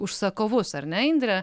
užsakovus ar ne indre